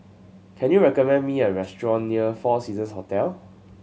can you recommend me a restaurant near Four Seasons Hotel